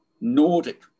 Nordic